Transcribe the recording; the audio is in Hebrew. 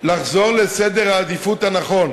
לחזור לסדר העדיפויות הנכון.